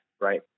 right